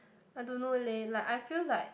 I don't know leh like I feel like